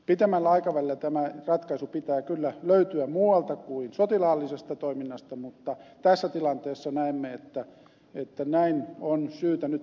pitemmällä aikavälillä tämä ratkaisu pitää kyllä löytyä muualta kuin sotilaallisesta toiminnasta mutta tässä tilanteessa näemme että näin on syytä nyt menetellä